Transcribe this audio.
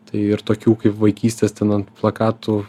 tai ir tokių kaip vaikystės ten ant plakatų